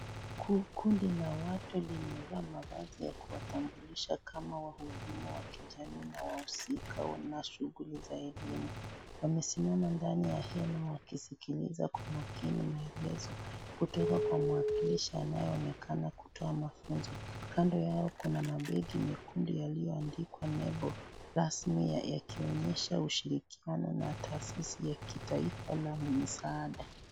Kundi la watu limevaa mavazi ya kuwatambulisha kama wahudumu wa kijamii na wahusika na shughuli za elimu wamesimama ndani ya hema wakisikiliza kwa makini maelezo kutoka kwa mwakilishi anayeonekana kutoa maelezo kando yao kuna mabegi nyekundu yaliyoandikwa nembo rasmi yakionyesha ushirikiano na taasisi ya kitaifa ya msaada.